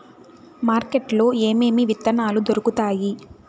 market లో ఏమేమి విత్తనాలు దొరుకుతాయి